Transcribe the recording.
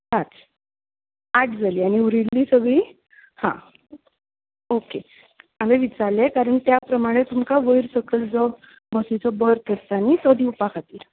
पांच आठ जाली आनी उरिल्ली सगळीं हां ओके हांवें विचारल्लें कारण त्या प्रमाणे तुमकां वयर सकयल जो बसीचो बल्क आसता न्हय तो दिवपा खातीर